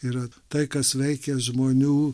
yra tai kas veikia žmonių